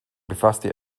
befasste